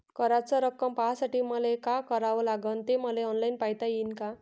कराच रक्कम पाहासाठी मले का करावं लागन, ते मले ऑनलाईन पायता येईन का?